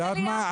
לאנשים.